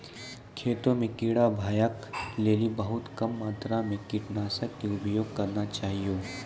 खेतों म कीड़ा भगाय लेली बहुत कम मात्रा मॅ कीटनाशक के उपयोग करना चाहियो